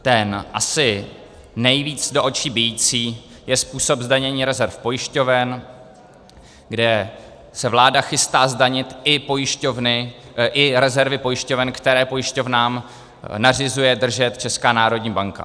Ten asi nejvíc do očí bijící je způsob zdanění rezerv pojišťoven, kde se vláda chystá zdanit i pojišťovny, i rezervy pojišťoven, které pojišťovnám nařizuje držet Česká národní banka.